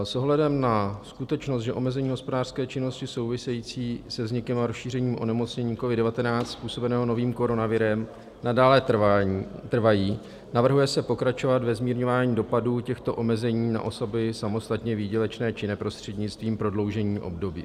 S ohledem na skutečnost, že omezení hospodářské činnosti související se vznikem a rozšířením onemocnění COVID19 způsobeného novým koronavirem nadále trvají, navrhuje se pokračovat ve zmírňování dopadů těchto omezení na osoby samostatně výdělečně činné prostřednictvím prodloužení období.